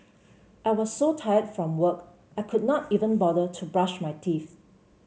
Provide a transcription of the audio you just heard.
I was so tired from work I could not even bother to brush my teeth